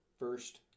First